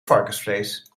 varkensvlees